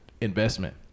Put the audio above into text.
investment